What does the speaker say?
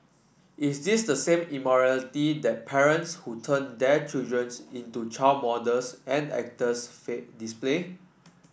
is this the same immorality that parents who turn their children's into child models and actors display